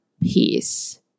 peace